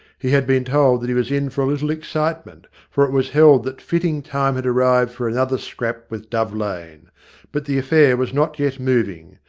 he had been told that he was in for a little excitement, for it was held that fitting time had arrived for another scrap with dove lane but the affair was not yet moving.